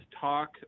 talk